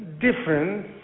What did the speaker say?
different